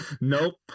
nope